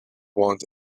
want